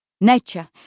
nature